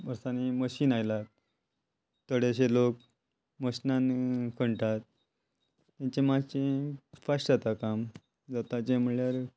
वर्सांनी मशीन आयला थडेशे लोक मशिनान खणटात तेंचे मातशे फास्ट जाता काम जाता जें म्हळ्यार